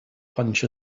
punch